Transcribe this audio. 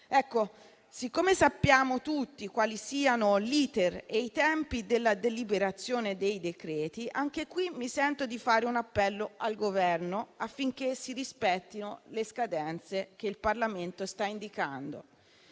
Siccome sappiamo tutti quali siano l'*iter* e i tempi della deliberazione dei decreti attuativi, anche qui mi sento di fare un appello al Governo affinché si rispettino le scadenze che il Parlamento sta indicando.